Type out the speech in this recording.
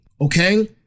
Okay